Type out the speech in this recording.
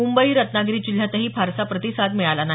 मुंबई रत्नागिरी जिल्ह्यातही फारसा प्रतिसाद मिळाला नाही